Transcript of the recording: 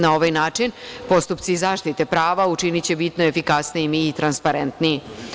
Na ovaj način postupci zaštite prava biće bitno efikasniji i transparentniji.